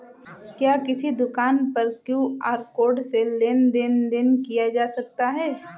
क्या किसी दुकान पर क्यू.आर कोड से लेन देन देन किया जा सकता है?